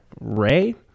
Ray